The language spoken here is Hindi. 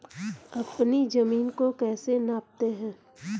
अपनी जमीन को कैसे नापते हैं?